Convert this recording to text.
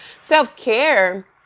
Self-care